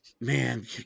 Man